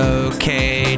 okay